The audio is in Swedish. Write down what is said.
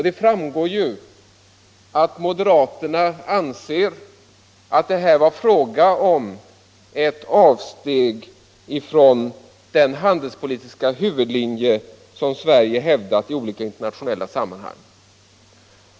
Det framgår att moderaterna anser att det här var fråga om ett avsteg från den handelspolitiska huvudlinjen som Sverige hävdat i olika internationella sammanhang.